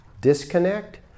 disconnect